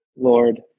Lord